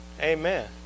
amen